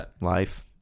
life